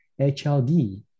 HLD